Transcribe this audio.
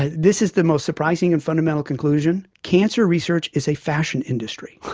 and this is the most surprising and fundamental conclusion cancer research is a fashion industry.